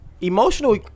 Emotional